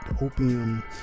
Opium